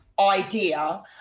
Idea